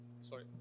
Sorry